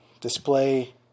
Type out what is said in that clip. display